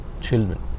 children